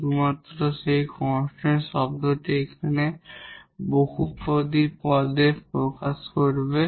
শুধুমাত্র সেই কনস্ট্যান্ট টার্মটি এখন পলিনোমিয়াল টার্মে প্রবেশ করবে